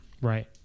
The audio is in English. Right